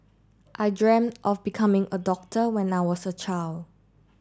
I dreamt of becoming a doctor when I was a child